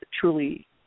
truly